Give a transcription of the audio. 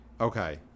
Okay